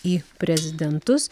į prezidentus